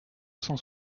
cent